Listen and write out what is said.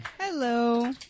Hello